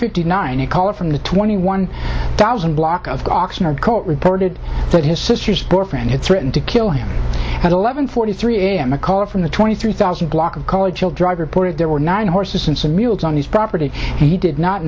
fifty nine a caller from the twenty one thousand block of oxnard court reported that his sister's boyfriend had threatened to kill him at eleven forty three am a call from the twenty three thousand block of collegeville drive reported there were nine horses and some mules on his property he did not